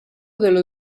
dello